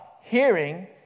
hearing